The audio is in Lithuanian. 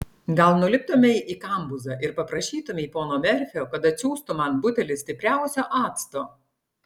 gal nuliptumei į kambuzą ir paprašytumei pono merfio kad atsiųstų man butelį stipriausio acto